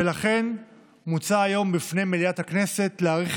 ולכן מוצע היום בפני מליאת הכנסת להאריך